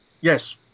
Yes